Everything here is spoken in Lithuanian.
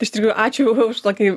iš tikrųjų ačiū už tokį